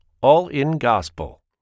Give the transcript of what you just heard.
all-in-gospel